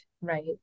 right